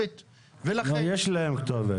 אין להם כתובת.